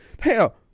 Hell